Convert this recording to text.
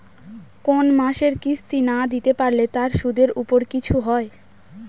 কোন মাসের কিস্তি না দিতে পারলে তার সুদের উপর কিছু হয়?